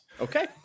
Okay